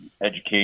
Education